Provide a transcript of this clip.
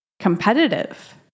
Competitive